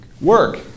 work